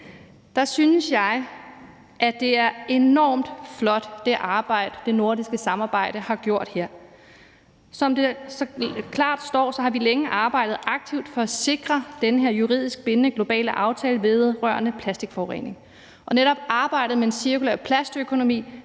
i, synes jeg, at det arbejde, det nordiske samarbejde har gjort her, er enormt flot. Som det så klart står, har vi længe arbejdet aktivt for at sikre den her juridisk bindende globale aftale vedrørende plastikforurening, og netop arbejdet med en cirkulær plastøkonomi